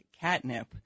catnip